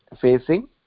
facing